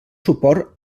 suport